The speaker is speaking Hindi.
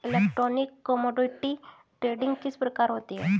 इलेक्ट्रॉनिक कोमोडिटी ट्रेडिंग किस प्रकार होती है?